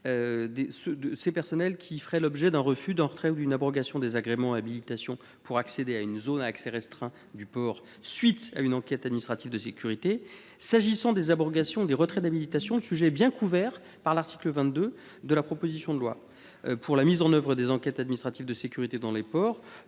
– des personnels qui feraient l’objet d’un refus, d’un retrait ou d’une abrogation des agréments ou des habilitations pour accéder à une zone à accès restreint du port à la suite d’une enquête administrative de sécurité. La question des abrogations et retraits d’habilitation est déjà bien couverte par l’article 22 de la proposition de loi. Pour la mise en œuvre des enquêtes administratives de sécurité dans les ports,